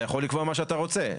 אתה יכול לקבוע מה שאתה רוצה.